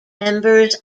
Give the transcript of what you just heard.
members